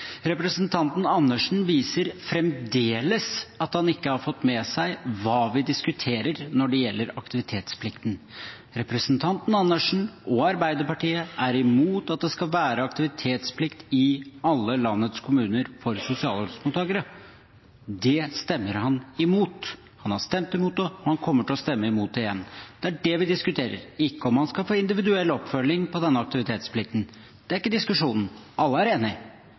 Representanten Andersen viser fremdeles at han ikke har fått med seg hva vi diskuterer når det gjelder aktivitetsplikten. Representanten Andersen og Arbeiderpartiet er imot at det skal være aktivitetsplikt i alle landets kommuner for sosialhjelpsmottakere. Det stemmer han imot. Han har stemt imot det, og han kommer til å stemme imot det igjen. Det er det vi diskuterer – ikke om man skal få individuell oppfølging på denne aktivitetsplikten. Det er ikke diskusjonen. Alle er enige.